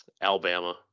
Alabama